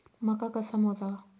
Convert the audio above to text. मका कसा मोजावा?